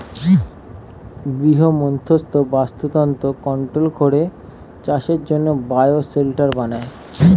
গৃহমধ্যস্থ বাস্তুতন্ত্র কন্ট্রোল করে চাষের জন্যে বায়ো শেল্টার বানায়